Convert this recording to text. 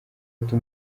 ati